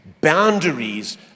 boundaries